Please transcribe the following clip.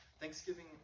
Thanksgiving